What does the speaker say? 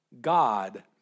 God